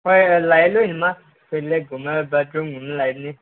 ꯍꯣꯏ ꯂꯥꯛꯑꯦ ꯂꯣꯏꯅꯃꯛ ꯇꯣꯏꯂꯦꯠ ꯒꯨꯝꯅ ꯕꯥꯠꯔꯨꯝꯒꯨꯝꯅ ꯂꯩꯒꯅꯤ